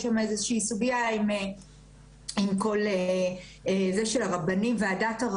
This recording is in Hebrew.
יש שם איזו סוגיה עם כל הרבנים והדת,